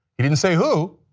he didn't say who.